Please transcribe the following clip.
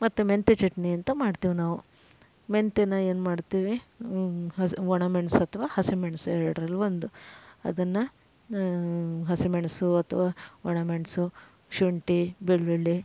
ಮತ್ತು ಮೆಂತ್ಯ ಚಟ್ನಿ ಅಂತ ಮಾಡ್ತೀವ್ ನಾವು ಮೆಂತ್ಯೆನ ಏನು ಮಾಡ್ತೀವಿ ಹಸಿ ಒಣ ಮೆಣ್ಸು ಅಥ್ವ ಹಸಿ ಮೆಣಸು ಎರಡರಲ್ಲೂ ಒಂದು ಅದನ್ನು ಹಸಿ ಮೆಣಸು ಅಥ್ವ ಒಣ ಮೆಣಸು ಶುಂಠಿ ಬೆಳ್ಳುಳ್ಳಿ